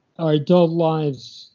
our adult lives,